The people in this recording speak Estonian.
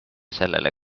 sellele